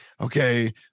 okay